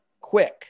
Quick